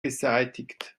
beseitigt